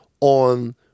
on